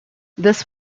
this